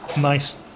nice